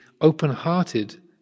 open-hearted